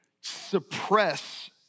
suppress